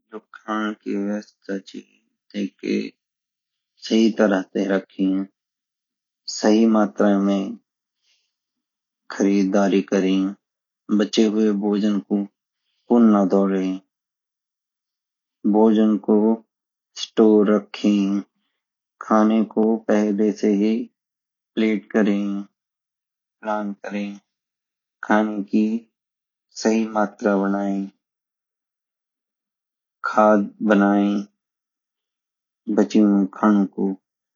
जो खंड की व्यवस्ता छी टेके सही तरहं तै रखी सही मात्रा मई खरीदारी करि बचे हुए भोजन को फंड न धोरे भोजन को स्टोर रखें खाने को पहले से ही पपलाते करे खाने की सही मात्रा बनाये खाद बनाये बची हुई खानु कु